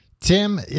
Tim